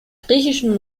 griechischen